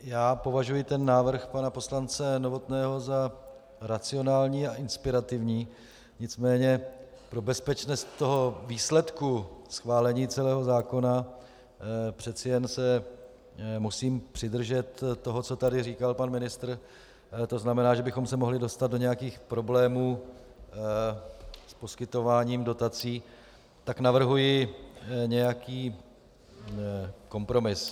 Já považuji návrh pana poslance Novotného za racionální a inspirativní, nicméně pro bezpečnost výsledku schválení celého zákona přece jen se musím přidržet toho, co tady říkal pan ministr, to znamená, že bychom se mohli dostat do nějakých problémů s poskytováním dotací, tak navrhuji nějaký kompromis.